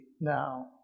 now